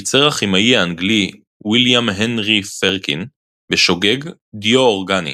ייצר הכימאי האנגלי ויליאם הנרי פרקין בשוגג דיו אורגני,